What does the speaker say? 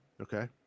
Okay